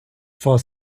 for